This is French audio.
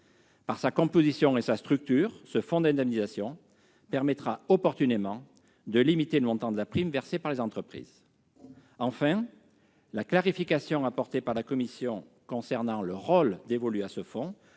Par sa composition et sa structure, ce fonds d'indemnisation permettra opportunément de limiter le montant de la prime versée par les entreprises. Enfin, la clarification apportée par la commission concernant le rôle dévolu à ce fonds,